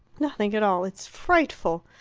nothing at all. it's frightful.